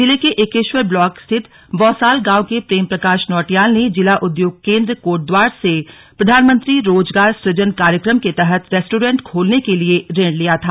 जिले के एकेश्वर ब्लॉक स्थित बौसाल गांव के प्रेम प्रकाश नौटियाल ने जिला उद्योग केंद्र कोटद्वार से प्रधानमंत्री रोजगार सुजन कार्यक्रम के तहत रेस्टोरेंट खोलने के लिए ऋण लिया था